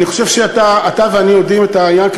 אני חושב שאתה ואני יודעים את העניין,